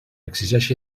exigeixi